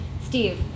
Steve